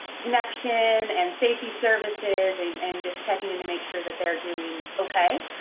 connection and safety services, and and just checking in to make sure that they're doing okay.